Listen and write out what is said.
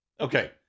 Okay